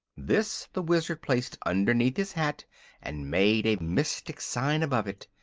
this the wizard placed underneath his hat and made a mystic sign above it.